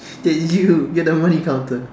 hey you you're the money counter